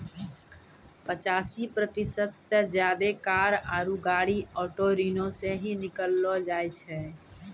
पचासी प्रतिशत से ज्यादे कार आरु गाड़ी ऑटो ऋणो से ही किनलो जाय छै